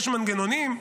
יש מנגנונים.